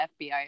FBI